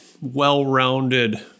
well-rounded